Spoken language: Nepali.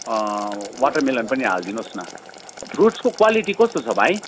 वाटरमेलन पनि हालिदिनु होस् न फ्रुट्सको क्वालिटी कस्तो छ भाइ